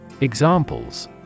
Examples